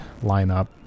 lineup